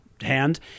hand